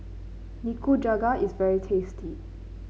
Nikujaga is very tasty